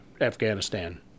afghanistan